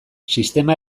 sistema